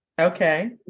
Okay